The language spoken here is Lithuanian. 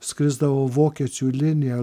skrisdavau vokiečių linija